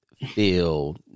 feel